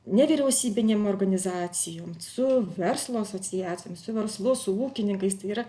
nevyriausybinėm organizacijom su verslo asociacijom su verslu su ūkininkais tai yra